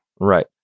Right